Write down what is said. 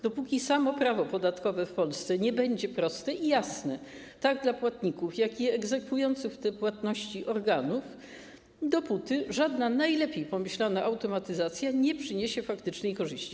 Dopóki samo prawo podatkowe w Polsce nie będzie proste i jasne, tak dla płatników, jak i egzekwujących te płatności organów, dopóty żadna najlepiej pomyślana automatyzacja nie przyniesie faktycznej korzyści.